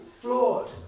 flawed